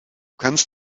kannst